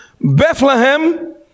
Bethlehem